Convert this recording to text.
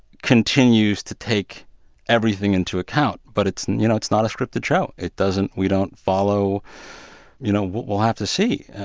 continues to take everything into account. but it's you know, it's not a scripted show. it doesn't we don't follow you know, we'll have to see.